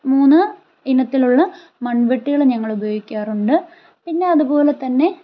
മൂന്ന് ഇനത്തിലുള്ള മൺവെട്ടികൾ ഞങ്ങൾ ഉപയോഗിക്കാറുണ്ട് പിന്നെ അതുപോലെ തന്നെ